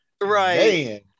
Right